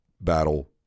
battle